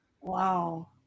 Wow